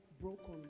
broken